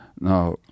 Now